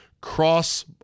cross